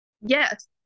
yes